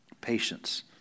patience